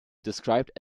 described